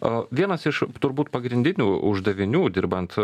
o vienas iš turbūt pagrindinių uždavinių dirbant